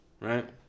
Right